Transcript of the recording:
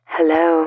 Hello